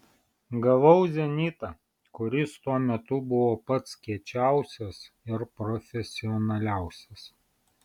gavau zenitą kuris tuo metu buvo pats kiečiausias ir profesionaliausias